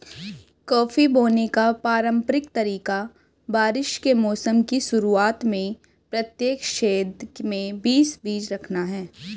coffee बोने का पारंपरिक तरीका बारिश के मौसम की शुरुआत में प्रत्येक छेद में बीस बीज रखना है